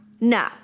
No